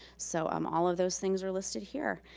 so um all of those things are listed here.